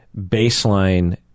baseline